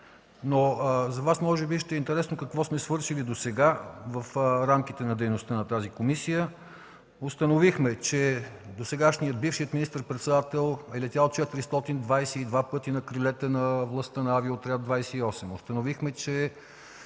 За Вас може би ще е интересно какво сме свършили досега в рамките на дейността на тази комисия. Установихме, че бившият министър-председател е летял 422 пъти на крилете на властта на „Авиоотряд 28”.